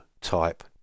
type